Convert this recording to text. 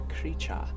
creature